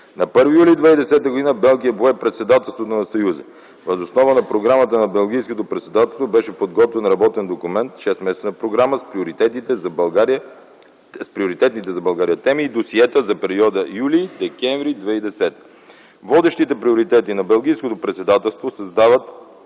На 1 юли 2010 г. Белгия пое председателството на Съюза. Въз основа на програмата на Белгийското председателство беше подготвен работен документ - шестмесечна програма, с приоритетните за България теми и досиета за периода юли – декември 2010 г. Водещите приоритети на Белгийското председателство съвпадат